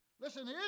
Listen